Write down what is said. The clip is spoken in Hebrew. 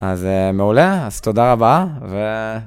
אז מעולה, אז תודה רבה ו...